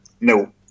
No